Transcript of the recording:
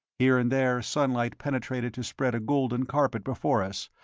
here and there sunlight penetrated to spread a golden carpet before us,